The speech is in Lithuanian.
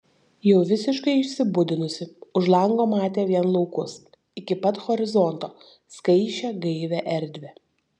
jau visiškai išsibudinusi už lango matė vien laukus iki pat horizonto skaisčią gaivią erdvę